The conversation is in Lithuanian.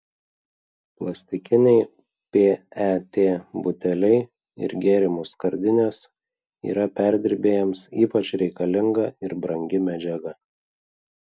plastikiniai pet buteliai ir gėrimų skardinės yra perdirbėjams ypač reikalinga ir brangi medžiaga